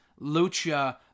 Lucha